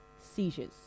seizures